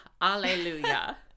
alleluia